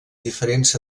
diferents